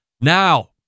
Now